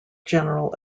general